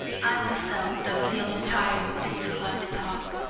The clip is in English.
i myself, though feeling tired and disinclined to talk,